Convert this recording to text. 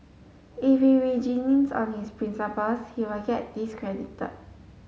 if he reneges on his principles he will get discredited